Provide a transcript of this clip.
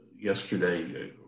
yesterday